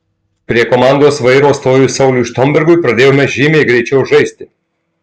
prie komandos vairo stojus sauliui štombergui pradėjome žymiai greičiau žaisti